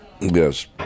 Yes